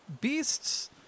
beasts